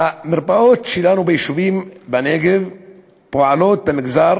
המרפאות שלנו ביישובים בנגב פועלות במגזר